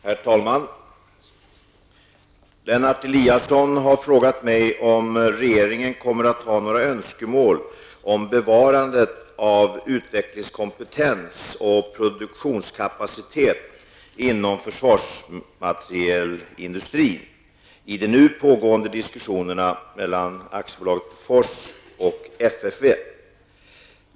Herr talman! Lennart Eliasson har frågat mig om regeringen kommer att ha några önskemål om bevarande av utvecklingskompetens och produktionskapacitet inom försvarsmaterielindustrin i de nu pågående diskussionerna mellan AB Bofors och FFV.